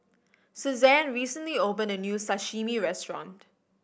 Susanne recently opened a new Sashimi Restaurant